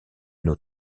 nos